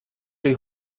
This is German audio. die